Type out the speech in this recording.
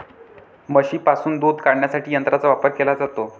म्हशींपासून दूध काढण्यासाठी यंत्रांचा वापर केला जातो